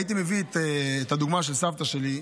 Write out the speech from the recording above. הייתי מביא את הדוגמה של סבתא שלי,